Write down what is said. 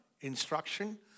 instruction